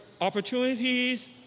opportunities